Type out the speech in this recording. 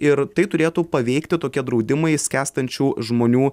ir tai turėtų paveikti tokie draudimai skęstančių žmonių